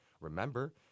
Remember